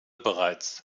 bereits